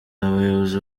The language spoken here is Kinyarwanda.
abayobozi